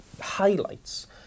highlights